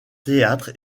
théâtre